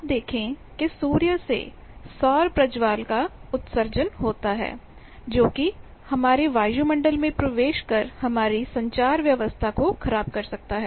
आप देखें कि सूर्य से सौर प्रज्वाल का उत्सर्जनहोता है जोकि हमारे वायु मंडल में प्रवेश कर हमारी संचारव्यवस्था कोखराब कर सकता है